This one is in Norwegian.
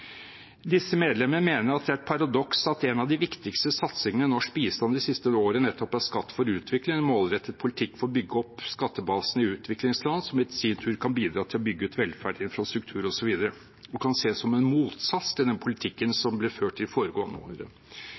Disse medlemmer mener det er et paradoks at en av de viktigste satsingene i norsk bistand det siste tiåret er nettopp Skatt for utvikling, en målrettet politikk for å bygge opp skattebasene i utviklingsland som i sin tur kan bidra til å bygge ut velferd, infrastruktur osv., kan ses som en motsats til den politikken som ble ført de foregående